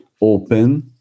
open